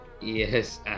Yes